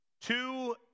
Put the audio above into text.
two